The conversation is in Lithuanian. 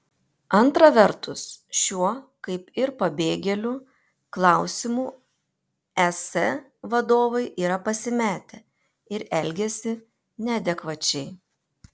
antra vertus šiuo kaip ir pabėgėlių klausimu es vadovai yra pasimetę ir elgiasi neadekvačiai